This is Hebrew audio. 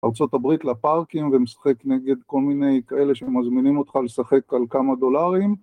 ארה״ב לפארקים ומשחק נגד כל מיני כאלה שמזמינים אותך לשחק על כמה דולרים